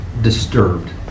disturbed